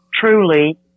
truly